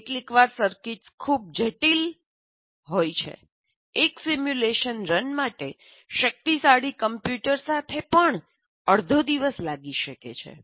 કેટલીકવાર સર્કિટ્સ ખૂબ જટિલ હોય છે એક સિમ્યુલેશન રન માટે શક્તિશાળી કમ્પ્યુટર સાથે પણ અડધો દિવસ લાગી શકે છે